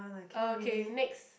okay next